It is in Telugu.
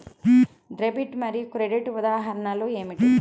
డెబిట్ మరియు క్రెడిట్ ఉదాహరణలు ఏమిటీ?